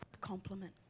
compliment